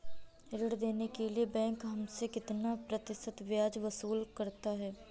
ऋण देने के लिए बैंक हमसे कितना प्रतिशत ब्याज वसूल करता है?